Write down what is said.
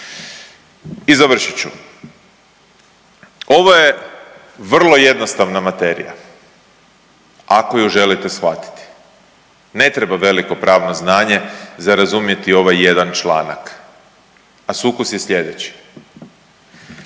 I završit ću. Ovo je vrlo jednostavna materija ako ju želite shvatiti. Ne treba veliko pravno znanje za razumiti ovaj jedan članak, a sukus je slijedeći.